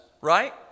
Right